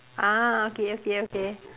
ah okay okay okay